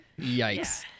Yikes